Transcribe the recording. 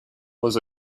was